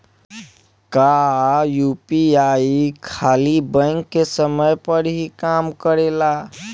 क्या यू.पी.आई खाली बैंक के समय पर ही काम करेला?